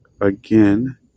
again